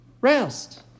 rest